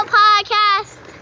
podcast